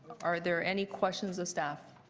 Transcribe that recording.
are there any questions of staff?